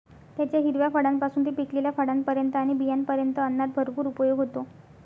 त्याच्या हिरव्या फळांपासून ते पिकलेल्या फळांपर्यंत आणि बियांपर्यंत अन्नात भरपूर उपयोग होतो